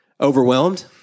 Overwhelmed